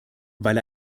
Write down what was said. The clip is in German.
weil